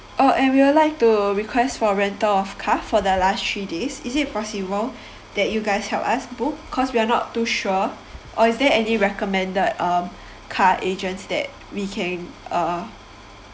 oh and we would like to request for rental of car for the last three days is it possible that you guys help us book cause we are not too sure or is there any recommended um car agents that we can uh